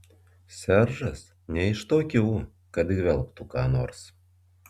seržas ne iš tokių kad gvelbtų ką nors